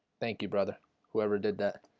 thank you, brother whoever did that?